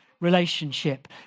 relationship